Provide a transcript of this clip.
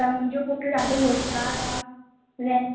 त मुंहिंजो पुटु ॾाढो होशियारु आहे